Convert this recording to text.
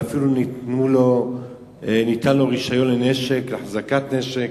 ואפילו ניתן לו רשיון להחזקת נשק.